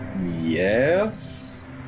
yes